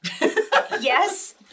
Yes